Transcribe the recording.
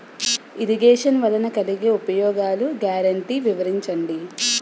Irrigation వలన కలిగే ఉపయోగాలు గ్యారంటీ వివరించండి?